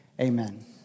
Amen